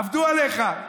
עבדו עליך.